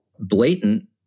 blatant